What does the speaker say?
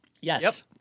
Yes